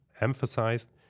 emphasized